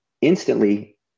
instantly